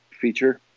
feature